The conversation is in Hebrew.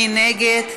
מי נגד?